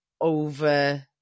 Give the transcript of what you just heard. over